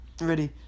ready